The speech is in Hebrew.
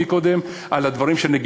זה מה שהובא לידיעתי.